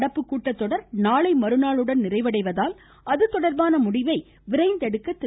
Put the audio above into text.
நடப்பு கூட்டத்தொடர் நாளை மறுநாளுடன் நிறைவடைவதால் அது தொடர்பான முடிவை விரைந்து எடுக்க திரு